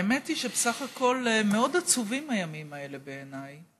האמת היא שבסך הכול מאוד עצובים הימים האלה בעיניי,